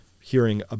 hearing